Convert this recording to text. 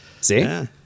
See